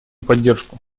поддержку